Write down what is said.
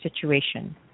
situation